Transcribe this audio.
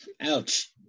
Ouch